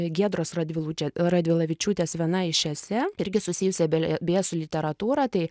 giedros radvilūčia radvilavičiūtės viena iš esė irgi susijusi be beje su literatūra tai